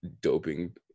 doping